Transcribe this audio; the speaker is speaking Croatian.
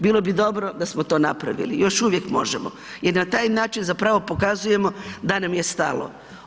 Bilo bi dobro da smo to napravili, još uvijek možemo jer na taj način zapravo pokazujemo da nam je stalo.